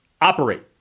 operate